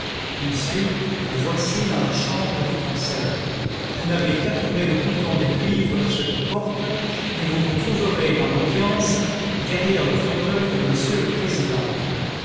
monsieur vous voici dans la chambre du conseil vous n'avez qu'à tourner le bouton de cuivre de cette porte et vous vous trouverez dans l'audience derrière le fauteuil de monsieur le président